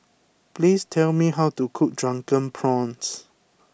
please tell me how to cook Drunken Prawns